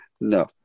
No